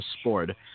sport